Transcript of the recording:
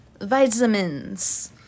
vitamins